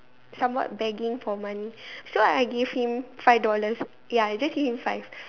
somewhat begging for money so I gave him five dollars ya I just gave him five